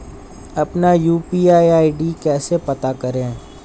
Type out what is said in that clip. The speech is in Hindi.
अपना यू.पी.आई आई.डी कैसे पता करें?